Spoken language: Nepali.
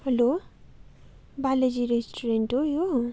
हेलो बालाजी रेस्टुरेन्ट हो यो